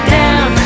down